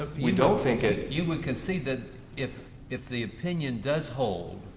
ah we don't think ah you would concede that if if the opinion does hold,